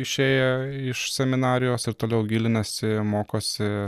išėję iš seminarijos ir toliau gilinasi mokosi